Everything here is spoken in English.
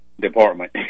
department